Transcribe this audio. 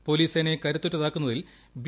police സേനയെ കരുത്തുറ്റതാക്കുന്നതിൽ B